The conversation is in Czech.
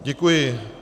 Děkuji.